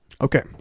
okay